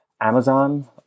Amazon